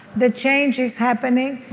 the change is happening,